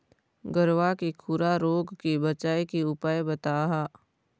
गरवा के खुरा रोग के बचाए के उपाय बताहा?